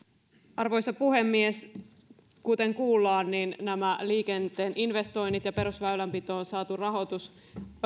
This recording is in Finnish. arvoisa puhemies kuten kuullaan niin nämä liikenteen investoinnit ja perusväylänpitoon saatu rahoitus